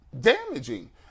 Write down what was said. damaging